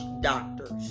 doctors